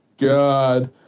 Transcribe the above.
God